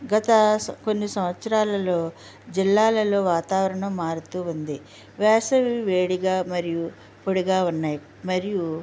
గత సం కొన్ని సంవత్సరాలలో జిల్లాలలో వాతావరణం మారుతూ ఉంది వేసవి వేడిగా మరియు పొడిగా ఉన్నాయి మరియు